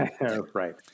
Right